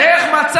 לך,